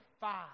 five